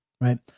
right